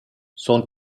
sont